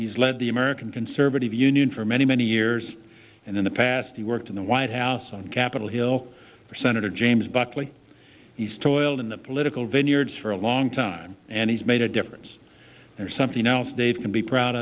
he's led the american conservative union for many many years and in the past he worked in the white house on capitol hill for senator james buckley he's toiled in the political vineyards for a long time and he's made a difference and something else dave can be proud